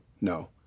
No